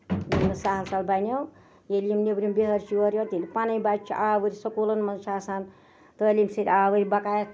ییٚلہِ نہٕ سَہل سَہل بَنیو ییٚلہِ یِم نیبرِم بِہٲرۍ چھِ یور یِوان تیٚلہِ پَنٕنۍ بَچہٕ چھِ آؤرۍ سکوٗلَن منٛز چھُ آسان تعلیٖم سۭتۍ آؤرۍ بقایا